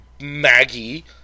Maggie